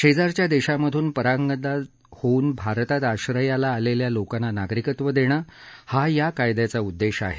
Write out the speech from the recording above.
शेजारच्या देशांमधन परांगदा होऊन भारतात आश्रयाला आलेल्या लोकांना नागरिकत्व देणं हा या कायद्याचा उद्देश आहे